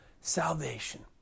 salvation